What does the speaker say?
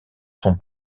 son